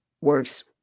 Works